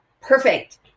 perfect